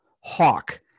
hawk